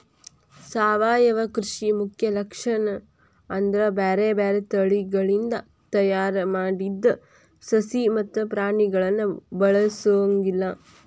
ಸಾವಯವ ಕೃಷಿ ಮುಖ್ಯ ಲಕ್ಷಣ ಅಂದ್ರ ಬ್ಯಾರ್ಬ್ಯಾರೇ ತಳಿಗಳಿಂದ ತಯಾರ್ ಮಾಡಿದ ಸಸಿ ಮತ್ತ ಪ್ರಾಣಿಗಳನ್ನ ಬಳಸೊಂಗಿಲ್ಲ